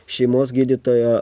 šeimos gydytojo